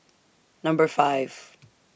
Number five